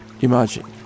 imagine